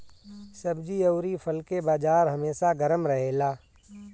सब्जी अउरी फल के बाजार हमेशा गरम रहेला